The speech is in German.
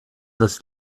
das